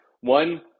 One